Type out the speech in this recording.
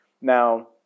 Now